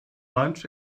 lunch